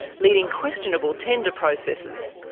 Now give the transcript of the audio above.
leading questionable tender processes,